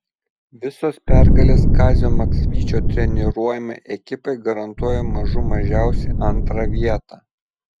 visos pergalės kazio maksvyčio treniruojamai ekipai garantuoja mažų mažiausiai antrą vietą